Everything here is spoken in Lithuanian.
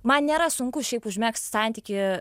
man nėra sunku šiaip užmegzt santykį